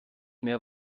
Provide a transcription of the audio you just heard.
mehr